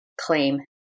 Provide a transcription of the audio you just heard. claim